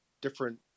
different